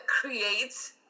creates